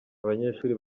abanyeshuri